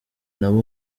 nabo